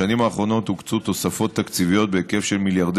בשנים האחרונות הוקצו תוספות תקציביות בהיקף של מיליארדי